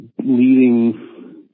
leading